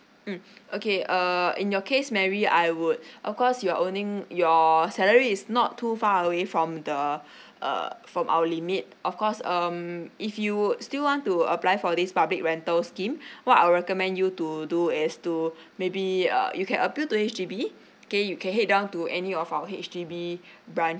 mm okay uh in your case mary I would of course you are owning your salary is not too far away from the uh from our limit of course um if you would still want to apply for this public rental scheme what I'll recommend you to do is to maybe uh you can appeal to H_D_B okay you can head down to any of our H_D_B branches